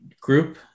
group